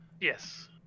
Yes